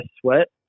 sweat